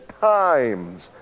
times